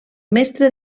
mestre